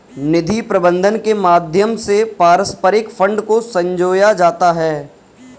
निधि प्रबन्धन के माध्यम से पारस्परिक फंड को संजोया जाता है